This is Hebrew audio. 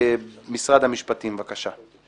משרד המשפטים, בבקשה.